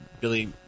Billy